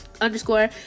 underscore